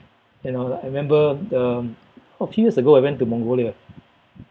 and uh I remember the um oh a few years ago I went to Mongolia